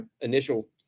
initial